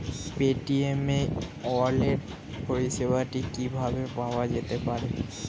Paytm e wallet পরিষেবাটি কিভাবে পাওয়া যেতে পারে?